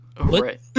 Right